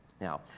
Now